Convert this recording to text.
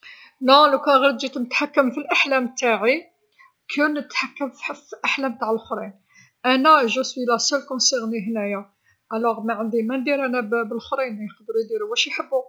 لا لوكان غير جيت نتحكم في الأحلام تاعي على نتحكم في أحلام تع لوخرين، أنا راني المعنيه الوحيده هنايا، إذا معندي مندير ب- بلوخرين، يقدرو يديرو واش يحبو.